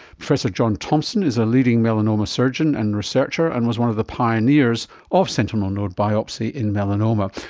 professor john thompson is a leading melanoma surgeon and researcher and was one of the pioneers of sentinel node biopsy in melanoma.